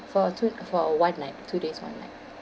for two for one night two days one night